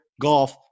golf